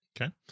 Okay